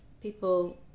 People